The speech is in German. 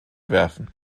werfen